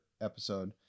episode